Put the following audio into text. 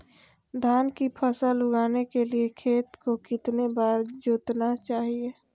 धान की फसल उगाने के लिए खेत को कितने बार जोतना चाइए?